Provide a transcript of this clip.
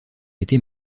été